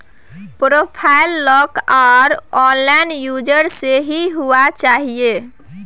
profile lock आर unlock user से ही हुआ चाहिए